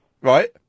Right